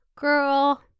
Girl